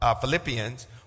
Philippians